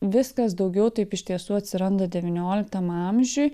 viskas daugiau taip iš tiesų atsiranda devynioliktam amžiui